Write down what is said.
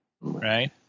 right